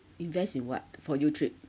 invest in what for youtrip